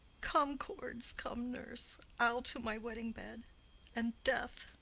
come, cords come, nurse. i'll to my wedding bed and death,